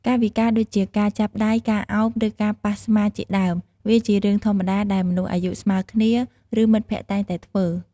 កាយវិការ ដូចជាការចាប់ដៃ ការអោប ឬ ការប៉ះស្មាជាដើម វាជារឿងធម្មតាដែលមនុស្សអាយុស្មើគ្នា ឬ មិត្តភក្តិតែងតែធ្វើ។